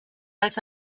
als